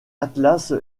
atlas